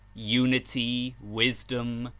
unity, wisdom,